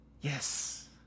Yes